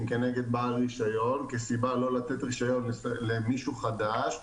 נגד בעל רישיון כסיבה לא לתת רישיון למישהו חדש.